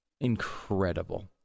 Incredible